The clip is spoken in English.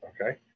okay